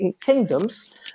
kingdoms